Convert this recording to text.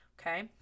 Okay